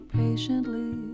patiently